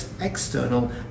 external